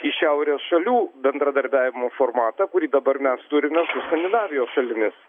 į šiaurės šalių bendradarbiavimo formatą kurį dabar mes turime su skandinavijos šalimis